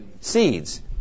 Seeds